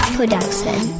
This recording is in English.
Production